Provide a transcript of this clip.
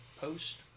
post